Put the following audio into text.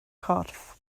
corff